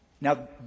Now